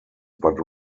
but